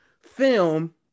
film